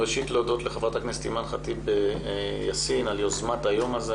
ראשית להודות לחברת הכנסת אימאן ח'טיב יאסין על יוזמת היום הזה.